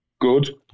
good